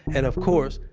and of course,